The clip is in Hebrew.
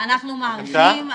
אנחנו מעריכים,